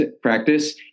practice